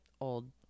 old